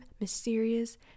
mysterious